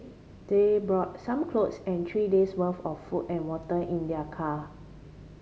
they brought some clothes and three days worth of food and water in their car